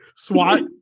SWAT